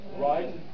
right